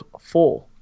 four